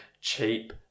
Cheap